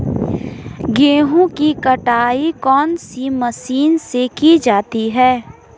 गेहूँ की कटाई कौनसी मशीन से की जाती है?